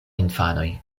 infanoj